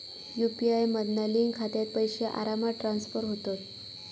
UPI मधना link खात्यात पैशे आरामात ट्रांसफर होतत